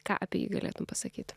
ką apie jį galėtum pasakyti